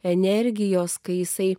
energijos kai jisai